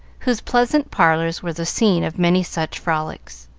whose pleasant parlors were the scene of many such frolics.